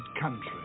country